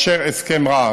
מאשר הסכם רע.